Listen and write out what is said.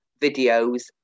videos